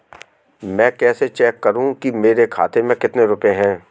मैं कैसे चेक करूं कि मेरे खाते में कितने रुपए हैं?